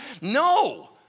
No